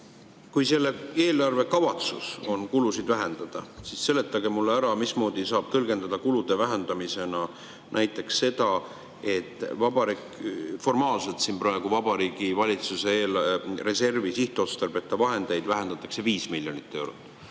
Kui selle eelarve kavatsus on kulusid vähendada, siis seletage mulle ära, mismoodi saab tõlgendada kulude vähendamisena näiteks seda, et formaalselt vähendatakse siin praegu Vabariigi Valitsuse reservi sihtotstarbeta vahendeid 5 miljonit eurot,